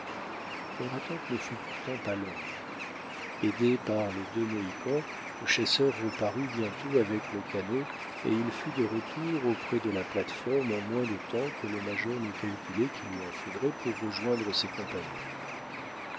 leur attente ne fut pourtant pas longue aidé par les deux mohicans le chasseur reparut bientôt avec le canot et il fut de retour auprès de la plate-forme en moins de temps que le major ne calculait qu'il lui en faudrait pour rejoindre ses compagnons